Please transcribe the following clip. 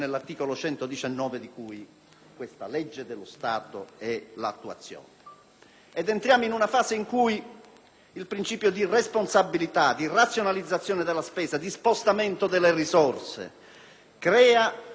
Entriamo ora in una fase in cui il principio di responsabilità, di razionalizzazione della spesa e di spostamento delle risorse crea il grande cantiere di un federalismo solidale, responsabile, trasparente.